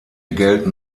gelten